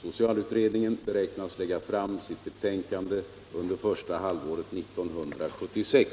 Socialutredningen beräknas lägga fram sitt betänkande under första halvåret 1976.